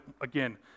again